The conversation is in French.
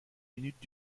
minute